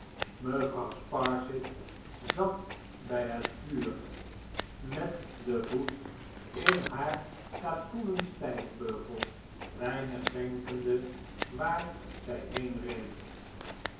mevrouw sparsit zat bij het vuur met den voet in haar katoenen stijgbeugel weinig denkende waar zij heen reed